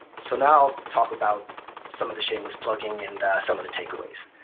so now i'll talk about some of the shameless plugging and some of the takeaways.